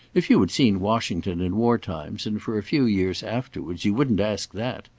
if you had seen washington in war-times and for a few years afterwards, you wouldn't ask that.